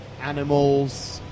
animals